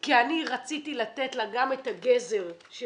כי אני רציתי לתת לה גם את הגזר של